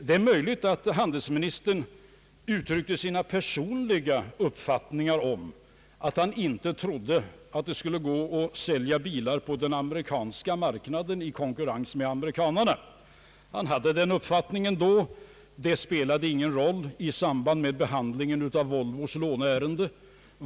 Det är möjligt att handelsministern som sin personliga uppfattning uttalade att han inte trodde att det skulle vara möjligt att sälja bilar på den amerikanska marknaden i konkurrens med amerikanerna. Han hade den uppfattningen då. Det spelar ingen roll i samband med behandlingen av Volvos låneärende.